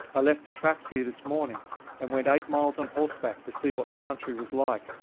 i left the traps here this morning and went eight miles on horseback to see what the country was like.